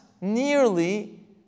nearly